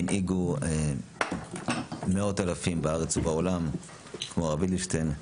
הנהיגו מאות אלפים בארץ ובעולם כמו הרב אדלשטיין.